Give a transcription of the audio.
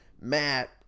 Matt